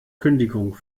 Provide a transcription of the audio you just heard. kündigung